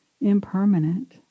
impermanent